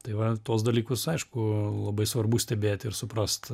tai va tuos dalykus aišku labai svarbu stebėt ir suprast